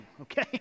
okay